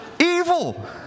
evil